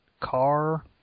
Car